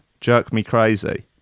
Jerk-me-crazy